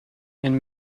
and